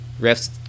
Refs